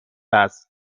است